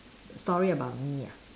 story about me ah